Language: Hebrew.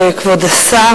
כבוד השר,